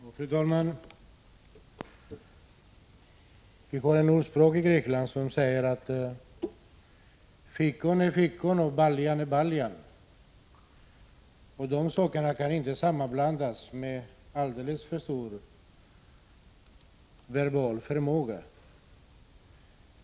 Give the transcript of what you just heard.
Fru talman! Vi har ett ordspråk i Grekland som säger att fikon är fikon och baljan är baljan. De sakerna kan inte sammanblandas med aldrig så stor verbal förmåga.